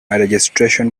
registration